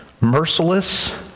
merciless